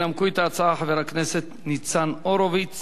ינמקו את ההצעה חברי הכנסת ניצן הורוביץ